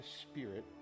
Spirit